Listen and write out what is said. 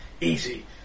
easy